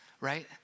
right